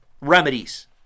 remedies